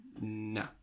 No